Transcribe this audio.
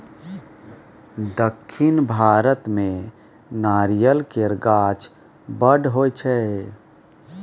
दक्खिन भारत मे नारियल केर गाछ बड़ होई छै